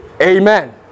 Amen